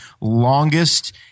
longest –